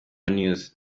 news